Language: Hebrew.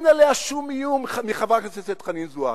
אין עליה שום איום מחברת הכנסת חנין זועבי.